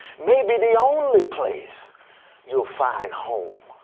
maybe the only place you'll find home